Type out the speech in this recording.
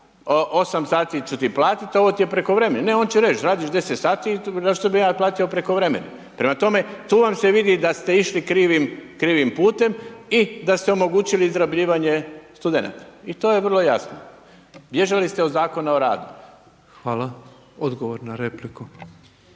8 sati ću ti platiti, ovo ti je prekovremeno, ne, on će reći, radiš 10 sati, zašto bi ja platio prekovremeni. Prema tome, tu vam vidi da ste išli krivim putem i da ste omogućili izrabljivanje studenata i to je vrlo jasno. Bježali ste od Zakona o radu. **Petrov, Božo